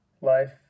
life